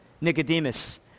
Nicodemus